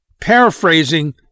paraphrasing